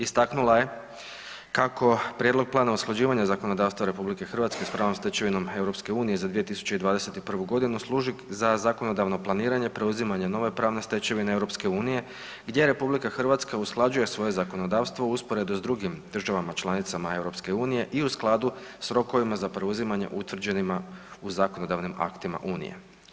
Istaknula je kako prijedlog plana usklađivanja zakonodavstva RH sa pravnom stečevinom EU-a za 2021. g. služi za zakonodavno planiranje, preuzimanje nove pravne stečevine EU-a gdje RH usklađuje svoje zakonodavstvo usporedo s drugim državama članicama EU-a i u skladu s rokovima za preuzimanje utvrđenima u zakonodavnim aktima Unije.